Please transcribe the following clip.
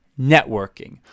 networking